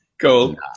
Cool